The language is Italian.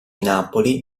napoli